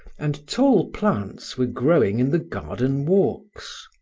and tall plants were growing in the garden walks.